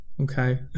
Okay